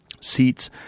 seats